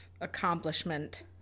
accomplishment